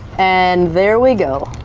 and there we go,